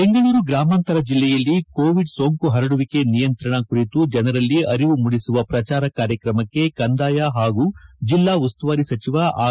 ಬೆಂಗಳೂರು ಗ್ರಾಮಾಂತರ ಜಿಲ್ಲೆಯಲ್ಲಿ ಕೋವಿಡ್ ಸೋಂಕು ಪರಡುವಿಕೆ ನಿಯಂತ್ರಣ ಕುರಿತು ಜನರಲ್ಲಿ ಅರಿವು ಮೂಡಿಸುವ ಪ್ರಜಾರ ಕಾರ್ಯಕ್ರಮಕ್ಕೆ ಕಂದಾಯ ಜಿಲ್ಲಾ ಉಸ್ತುವಾರಿ ಸಚಿವ ಆರ್